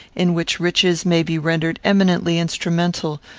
in which riches may be rendered eminently instrumental,